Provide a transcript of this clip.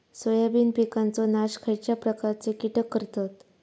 Soybean पिकांचो नाश खयच्या प्रकारचे कीटक करतत?